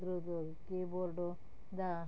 ಅದ್ರದು ಕೀಬೋರ್ಡು ದಾ